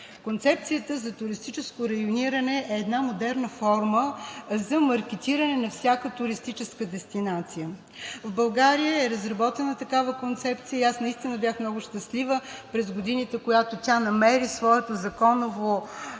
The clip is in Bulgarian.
Концепцията за туристическо райониране е модерна форма за маркетиране на всяка туристическа дестинация. В България е разработена такава концепция и аз бях много щастлива през годините, когато тя намери своето законово